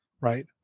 Right